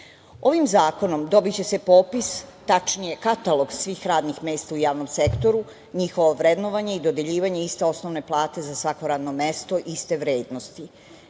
zakonom dobiće se popis, tačnije katalog svih radnih mesta u javnom sektoru, njihovo vrednovanje i dodeljivanje iste osnovne plate za svako radno mesto iste vrednosti.